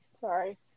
Sorry